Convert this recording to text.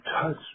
touch